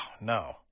no